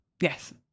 Yes